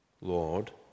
Lord